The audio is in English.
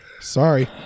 Sorry